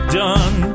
done